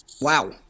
wow